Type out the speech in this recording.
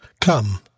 Come